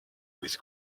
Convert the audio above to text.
with